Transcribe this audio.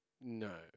No